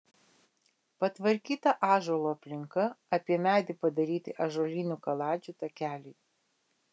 patvarkyta ąžuolo aplinka apie medį padaryti ąžuolinių kaladžių takeliai